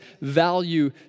value